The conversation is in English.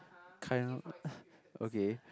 kind of okay